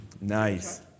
Nice